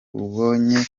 ubonye